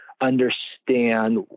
understand